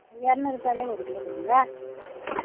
எரநூற்பாலே ஒரு கிலோ கொடுங்க